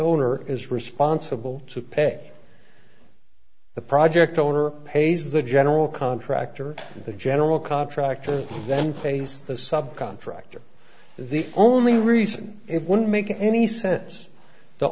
owner is responsible to pay the project owner pays the general contractor and the general contractor then pays the sub contractor the only reason it won't make any sense the